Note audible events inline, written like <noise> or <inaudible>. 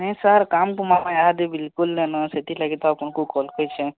ନାଇଁ ସାର କାମ ତ <unintelligible> ବିଲକୁଲ ନାଇଁ ନ ସେଥିଲାଗି ତ ଆପଣଙ୍କୁ କଲ୍ କରିଛି